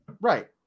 Right